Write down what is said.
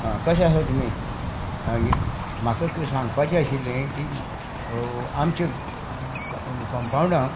आं कशें आसा तुमी म्हाका सांगपाचें आशिल्लें की आमच्या कॉम्पावंडाक